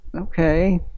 okay